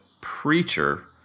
preacher